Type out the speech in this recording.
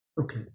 Okay